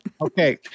Okay